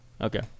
Okay